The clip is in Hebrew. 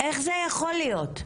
איך זה יכול להיות?